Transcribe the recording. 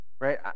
Right